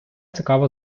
цікава